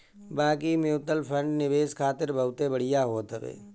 बाकी mutual fund निवेश खातिर बहुते बढ़िया होत हवे